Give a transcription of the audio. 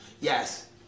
Yes